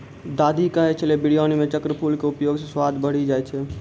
दादी कहै छेलै बिरयानी मॅ चक्रफूल के उपयोग स स्वाद बढ़ी जाय छै